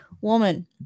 woman